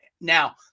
now